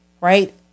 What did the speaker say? right